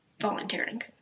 volunteering